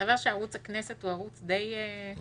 אני